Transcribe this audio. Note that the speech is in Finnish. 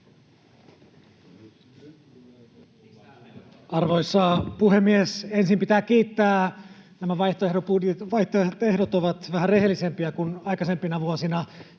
Arvoisa puhemies! Ensin pitää kiittää. Nämä vaihtoehdot ovat vähän rehellisempiä kuin aikaisempina vuosina.